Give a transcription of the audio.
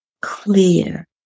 clear